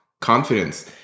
confidence